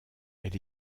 elle